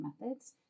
methods